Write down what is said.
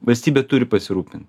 valstybė turi pasirūpint